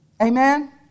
Amen